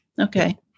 Okay